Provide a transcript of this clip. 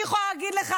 אני יכולה להגיד לך,